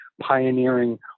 pioneering